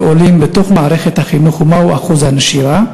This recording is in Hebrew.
עולים במערכת החינוך ומה הוא אחוז הנשירה?